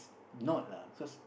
not lah cause